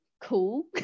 cool